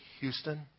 Houston